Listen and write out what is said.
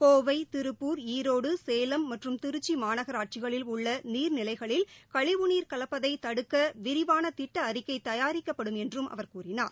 கோவை திருப்பூர் ஈரோடு சேலம் மற்றும் திருச்சிமாநகராட்சிகளில் உள்ளநீர்நிலைகளில் கழிவுநீர் கலப்பதைதடுக்கவிரிவானதிட்டஅறிக்கைதயாரிக்கப்படும் என்றும் அவர் கூறினார்